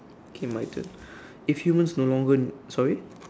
okay my turn if humans no longer sorry